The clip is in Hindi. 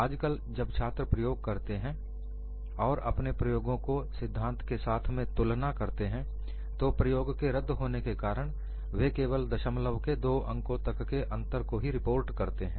आजकल जब छात्र प्रयोग करते हैं और अपने प्रयोगों को सिद्धांत के साथ में तुलना करते हैं तो प्रयोग के रद्द होने के कारण वे केवल दशमलव के 2 अंकों तक के अंतर को ही रिपोर्ट करते हैं